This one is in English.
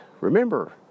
remember